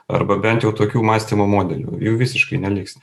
arba bent jau tokių mąstymo modelių jų visiškai neliks